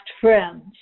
friends